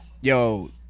yo